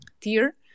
tier